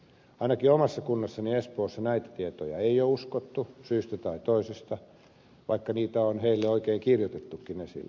ainakin omassa kunnassani espoossa näitä tietoja ei ole uskottu syystä tai toisesta vaikka niitä on siellä oikein kirjoitettukin esille